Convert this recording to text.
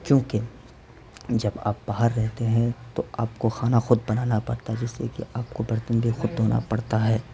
چوں کہ جب آپ باہر رہتے ہیں تو آپ کو کھانا خود بنانا پڑتا ہے جس سے کہ آپ کو برتن بھی خود دھونا پڑتا ہے